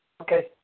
Okay